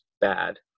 bad